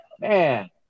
Man